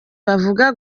bavuga